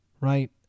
right